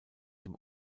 dem